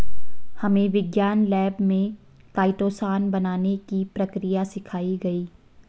हमे विज्ञान लैब में काइटोसान बनाने की प्रक्रिया सिखाई गई